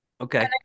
Okay